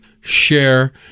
share